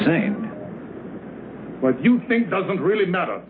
say what you think doesn't really not a